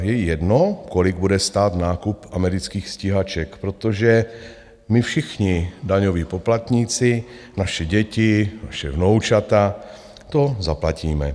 Je jí jedno, kolik bude stát nákup amerických stíhaček, protože my všichni daňoví poplatníci, naše děti, naše vnoučata to zaplatíme.